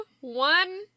one